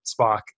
Spock